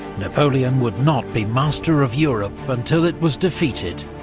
napoleon would not be master of europe until it was defeated,